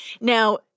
Now